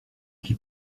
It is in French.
qui